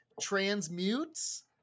transmutes